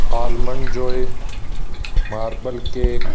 almond joy marble cake